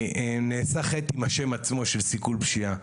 נעשה חטא עם השם עצמו של סיכול פשיעה,